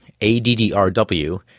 ADDRW